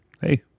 Hey